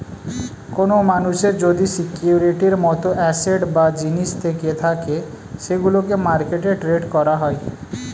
কোন মানুষের যদি সিকিউরিটির মত অ্যাসেট বা জিনিস থেকে থাকে সেগুলোকে মার্কেটে ট্রেড করা হয়